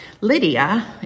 Lydia